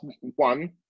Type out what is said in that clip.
one